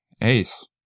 Ace